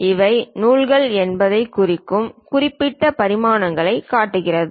இவை நூல்கள் என்பதைக் குறிக்கும் குறிப்பிட்ட பரிமாணங்களைக் காட்டுகிறோம்